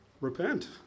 Repent